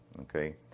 okay